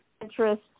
interest